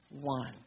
one